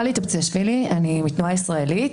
אני מהתנועה הישראלית.